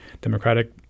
Democratic